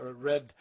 read